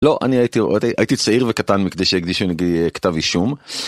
לא, אני הייתי רואה, הייתי צעיר וקטן מכדי שיקדישו נגדי כתב אישום.